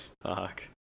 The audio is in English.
Fuck